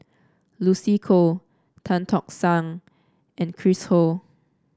Lucy Koh Tan Tock San and Chris Ho